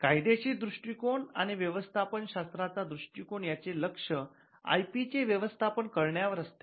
कायदेशीर दृष्टिकोन आणि व्यवस्थापन शास्त्राचा दृष्टिकोन यांचे लक्ष आय पी चे व्यवस्थापन करण्यावर असते